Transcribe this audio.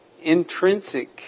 intrinsic